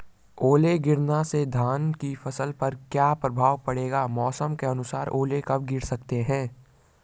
ओले गिरना से धान की फसल पर क्या प्रभाव पड़ेगा मौसम के अनुसार ओले कब गिर सकते हैं?